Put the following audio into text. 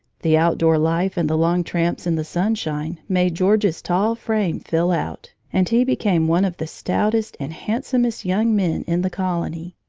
the outdoor life, and the long tramps in the sunshine made george's tall frame fill out, and he became one of the stoutest and handsomest young men in the colony.